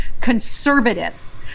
conservatives